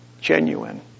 genuine